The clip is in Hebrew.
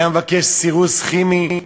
היה מבקש סירוס כימי,